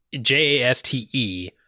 J-A-S-T-E